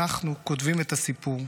אנחנו כותבים את הסיפור,